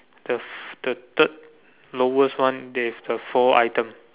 the f~ the third lowest one there is the four item